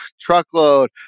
Truckload